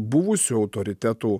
buvusių autoritetų